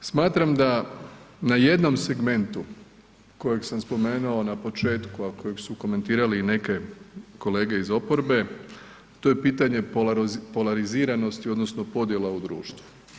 Ujedno smatram da na jednom segmentu kojeg sam spomenuo na početku, a kojeg su komentirale i neke kolege iz oporbe to je pitanje polariziranosti odnosno podjela u društvu.